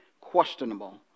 questionable